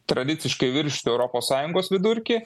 tradiciškai viršytų europos sąjungos vidurkį